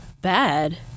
bad